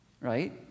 right